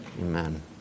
Amen